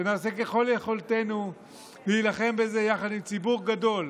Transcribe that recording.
ונעשה ככל יכולתנו להילחם בזה יחד עם ציבור גדול